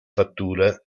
fattura